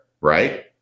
right